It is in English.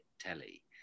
telly